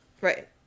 Right